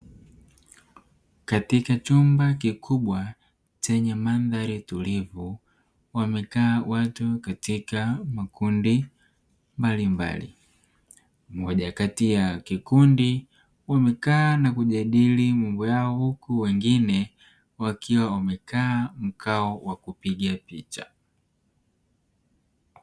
Katika chumba kikubwa chenye mandhari tulivu wamekaa watu katika makundi mbalimbali, moja kati ya kikundi wamekaa na kujadili mambo yao huku wengine wakiwa wamekaa mkao wa kupiga picha.